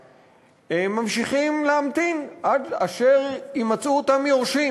ממשיכים להמתין עד אשר יימצאו אותם יורשים.